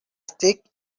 steak